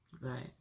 Right